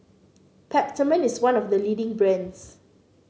Peptamen is one of the leading brands